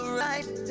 right